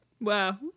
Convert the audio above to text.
Wow